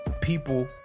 people